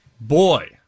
boy